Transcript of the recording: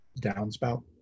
downspout